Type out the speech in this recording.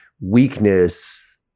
weakness